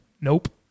Nope